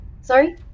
Sorry